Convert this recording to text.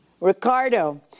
Ricardo